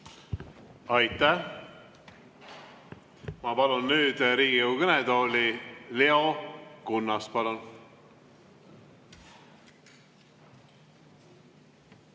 Aitäh! Ma palun nüüd Riigikogu kõnetooli Leo Kunnase. Palun,